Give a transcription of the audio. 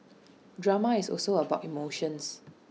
drama is also about emotions